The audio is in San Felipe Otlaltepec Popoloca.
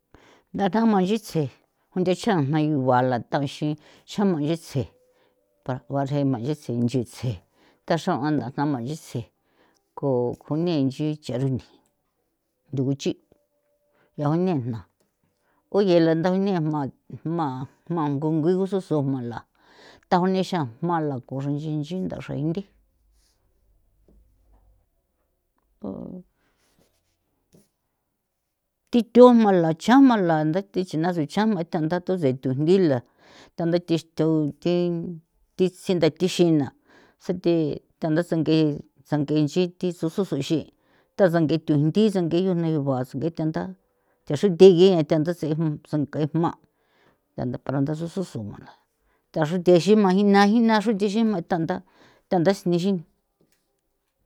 Nda xrama nchitse junthacha jna yugua la thaxin xa manchitse para bachre jma nchise nchitse tha xrao'a ndajna jma nchitse ko kjune nchi cha runthe ntho guchi' ya ne jna uyela ntha ne'a jma jma jma ngo ngigu susu jma la tha unexa jma la ko xrexin nchi ndaxra indi ko thi thu jma la chajma la nthethichuna sechaa jma tja ntha thu se tujndi la tha ntha the tjo thi tsi nda thixin na tsuthe tha ndasang'e sang'e nchi thi thosusu xin tha sang'e tujndi sang'e junegua nge thanda tha xruthin gi e thanduse'e sang'e jma thanda para ntha thosusu jmala thaxruthe xi jma jina jina xru thi xi jma thanda thanda nexi.